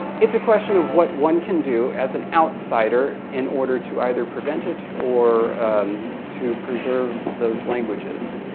it's a question of what one can do as an outsider in order to either prevent it, or to preserve those languages.